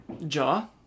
jaw